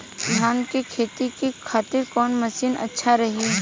धान के खेती के खातिर कवन मशीन अच्छा रही?